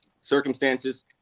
Circumstances